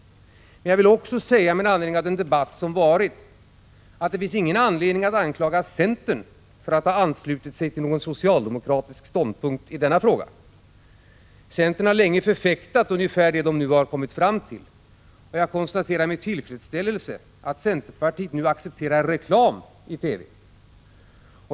Men jag vill också säga — med anledning av den debatt som varit — att det inte finns någon anledning att anklaga centern för att ha anslutit sig till någon socialdemokratisk ståndpunkt i den här frågan. Centern har länge förfäktat ungefär det som socialdemokraterna nu kommit fram till, och jag konstaterar med tillfredsställelse att centerpartiet nu accepterar reklam i TV.